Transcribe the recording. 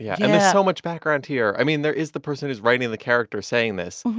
yeah and there's so much background here. i mean, there is the person who's writing the character saying this.